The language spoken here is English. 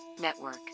network